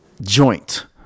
joint